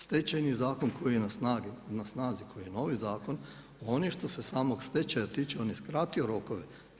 Stečajni zakon koji je na snazi, koji je novi zakon, on je što se samog stečaja tiče, on je skratio rokove.